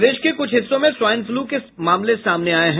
प्रदेश के कुछ हिस्सों में स्वाईन फ्लू के मामले सामने आये हैं